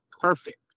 perfect